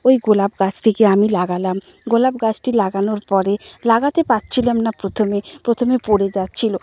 ওই গোলাপ গাছটিকে আমি লাগালাম গোলাপ গাছটি লাগানোর পরে লাগাতে পারছিলাম না প্রথমে প্রথমে পড়ে যাচ্ছিল